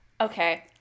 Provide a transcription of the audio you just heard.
Okay